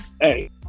Hey